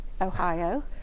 Ohio